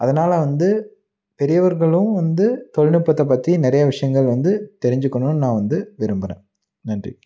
அதனால் வந்து பெரியவர்களும் வந்து தொழில்நுட்பத்தை பற்றி நிறையா விஷயங்கள் வந்து தெரிஞ்சிக்கணுன்னு நான் வந்து விரும்புகிறேன் நன்றி